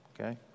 okay